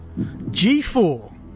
G4